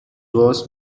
was